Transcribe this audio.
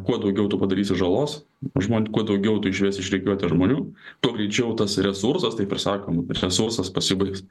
kuo daugiau tu padarysi žalos žmon kuo daugiau tu išvesi iš rikiuotės žmonių tuo greičiau tas resursas taip ir sakom resursas pasibaigs